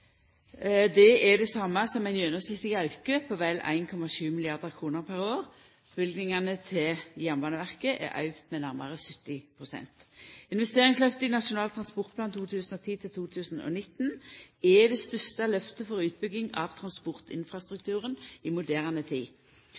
Det er det same som ein gjennomsnittleg auke på vel 1,7 mrd. kr per år. Løyvingane til Jernbaneverket er auka med nærare 70 pst. Investeringslyftet i Nasjonal transportplan 2010–2019 er det største lyftet for utbygging av transportinfrastrukturen i moderne tid.